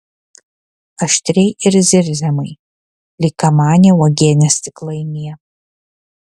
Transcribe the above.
aštriai ir zirziamai lyg kamanė uogienės stiklainyje